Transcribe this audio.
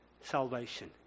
salvation